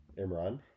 Imran